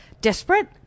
desperate